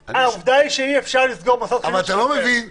העובדה היא שאי אפשר לסגור מוסד חינוך שלא עונה להנחיות.